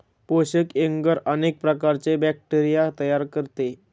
पोषक एग्गर अनेक प्रकारचे बॅक्टेरिया तयार करते